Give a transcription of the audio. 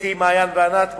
אתי, מעיין וענת.